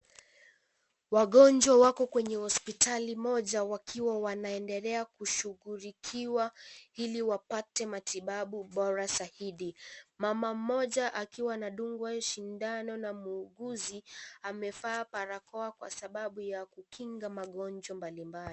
Wagonjwa wako kwenye hospitali moja wakiwa wanaendelea kushughulikiwa ili wapate matibabu bora zaidi. Mama moja akiwa anadungwa sindano na muuguzi amevaa barakoa kwa sababu ya kukinga magonjwa mbalimbali.